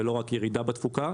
ולא רק ירידה בתפוקה,